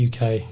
UK